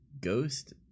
ghost